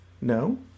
No